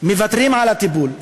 מוותרים על הטיפול,